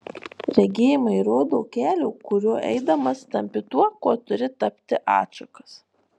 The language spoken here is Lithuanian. regėjimai rodo kelio kuriuo eidamas tampi tuo kuo turi tapti atšakas